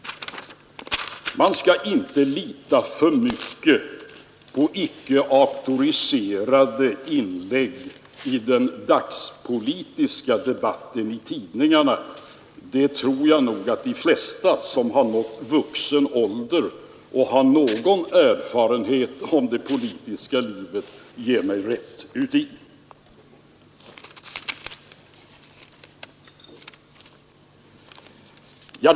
Man skall inte lita för mycket på icke auktoriserade inlägg i den dagspolitiska debatten i tidningarna — det tror jag nog att de flesta som har nått vuxen ålder och har någon erfarenhet av det politiska livet ger mig rätt i.